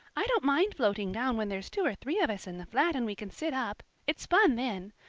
i don't mind floating down when there's two or three of us in the flat and we can sit up. it's fun then.